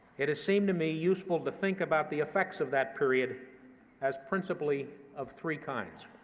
it has seemed to me useful to think about the effects of that period as principally of three kinds.